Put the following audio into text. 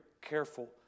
careful